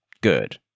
good